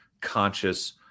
conscious